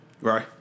Right